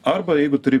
arba jeigu turi